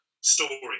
story